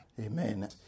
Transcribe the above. Amen